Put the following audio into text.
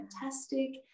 fantastic